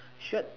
shirt